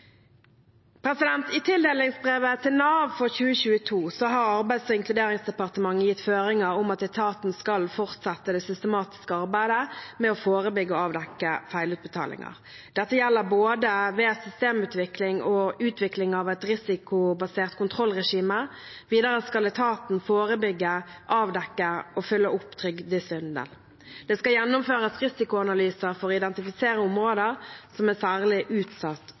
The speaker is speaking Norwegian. I tildelingsbrevet til Nav for 2022 har Arbeids- og inkluderingsdepartementet gitt føringer om at etaten skal fortsette det systematiske arbeidet med å forebygge og avdekke feilutbetalinger. Dette gjelder både ved systemutvikling og utvikling av et risikobasert kontrollregime. Videre skal etaten forebygge, avdekke og følge opp trygdesvindel. Det skal gjennomføres risikoanalyser for å identifisere områder som er særlig utsatt